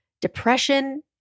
depression